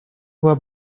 była